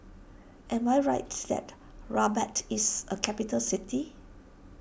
am I right that Rabat is a capital city